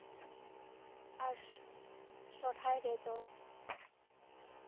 ᱟᱨ ᱥᱚᱦᱨᱟᱭ ᱨᱮᱫᱚ